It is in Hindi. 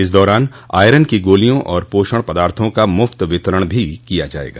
इस दौरान आयरन की गोलियों और पोषण पदार्थो का मुफ्त वितरण भी किया जायेगा